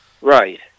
Right